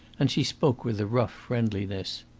and she spoke with a rough friendliness.